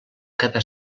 quedar